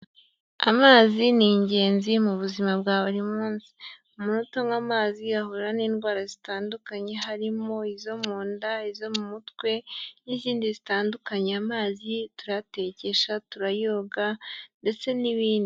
Amazi ni ingenzi mu buzima bwa buri munsi umuntu utaywa amazi ahura n'indwara zitandukanye harimo izo mu nda, izo mu mutwe n'izindi zitandukanye. Amazi turayatekesha turayoga ndetse n'ibindi.